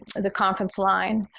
the conference line.